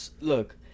look